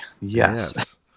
yes